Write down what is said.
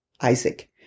Isaac